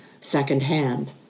secondhand